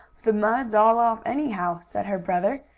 the mud's all off anyhow, said her brother.